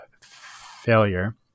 failure